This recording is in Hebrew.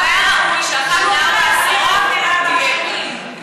אבל היה ראוי שאחת מארבע השרות תהיה כאן.